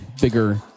bigger